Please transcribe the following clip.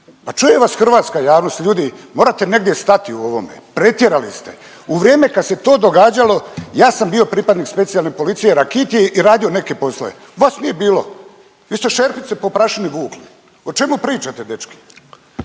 Pa čuje vas hrvatska javnost. Ljudi morate negdje stati u ovome, pretjerali ste. U vrijeme kad se to događalo ja sam bio pripadnik Specijalne policije Rakitje i radio neke poslove. Vas nije bilo. Vi ste šerpice po prašini vukli! O čemu pričate dečki?